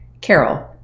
Carol